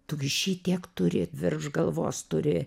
tu gi šitiek turi virš galvos turi